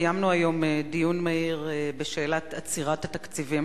קיימנו היום דיון מהיר בשאלת עצירת התקציבים